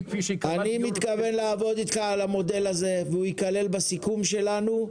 אני מתכוון לעבוד איתך על המודל הזה והוא ייכלל בסיכום שלנו.